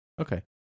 Okay